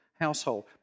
household